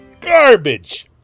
garbage